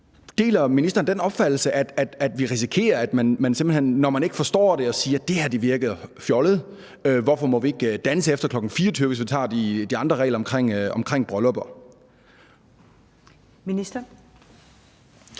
Deler ministeren den opfattelse, at vi risikerer, at man simpelt hen, når man ikke forstår det, siger, at det her virker fjollet, og man spørger, hvorfor man ikke må danse efter kl. 24.00, hvis vi tager de andre regler omkring bryllupper? Kl.